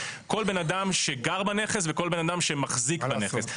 כל בן אדם שגר בנכס וכל בן אדם שמחזיק בנשק.